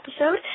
episode